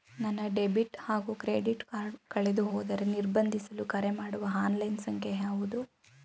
ನನ್ನ ಡೆಬಿಟ್ ಹಾಗೂ credit card ಕಳೆದುಹೋದರೆ ನಿರ್ಬಂಧಿಸಲು ಕರೆಮಾಡುವ ಆನ್ಲೈನ್ ಸಂಖ್ಯೆಯಾವುದು?